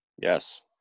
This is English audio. Yes